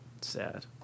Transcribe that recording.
Sad